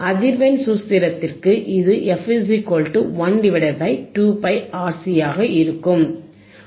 அதிர்வெண் சூத்திரத்திற்கு இது f 1 2πRC ஆகும்